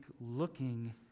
looking